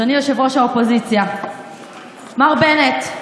אדוני ראש האופוזיציה מר בנט,